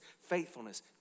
faithfulness